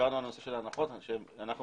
הצענו